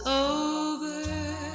over